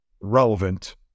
relevant